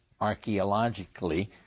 archaeologically